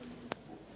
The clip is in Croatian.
Hvala.